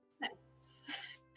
nice